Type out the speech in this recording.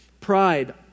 Pride